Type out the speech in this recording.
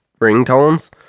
ringtones